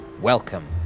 welcome